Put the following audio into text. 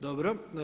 Dobro.